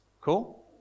Cool